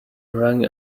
rang